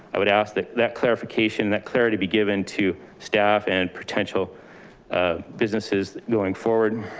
i would ask that that clarification, that clarity be given to staff and potential businesses going forward.